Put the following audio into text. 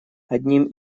одним